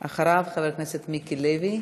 אחריו, חבר הכנסת מיקי לוי,